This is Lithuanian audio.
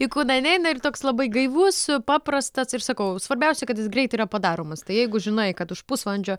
į kūną neina ir toks labai gaivus paprastas ir sakau svarbiausia kad jis greit yra padaromas tai jeigu žinai kad už pusvalandžio